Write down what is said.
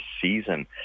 season